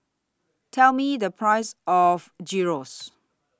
Tell Me The Price of Gyros